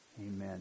Amen